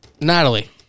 Natalie